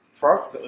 first